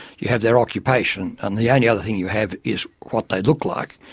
you have their occupation, and the only other thing you have is what they look like.